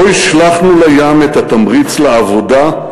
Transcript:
לא השלכנו לים את התמריץ לעבודה,